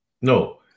No